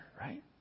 right